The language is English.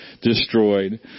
destroyed